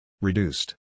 Reduced